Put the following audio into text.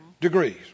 degrees